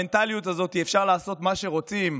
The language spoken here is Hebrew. במנטליות הזאת אפשר לעשות מה שרוצים,